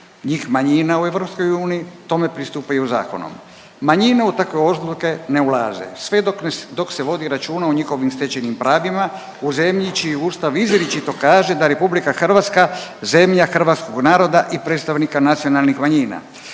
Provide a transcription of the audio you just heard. njih manjina u EU, tome pristupaju zakonom. Manjine u takve odluke ne ulaze, sve dok se vodi računa o njihovim stečenim pravima u zemlji čiji ustav izričito kaže da RH zemlja hrvatskog naroda i predstavnika nacionalnih manjina.